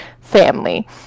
family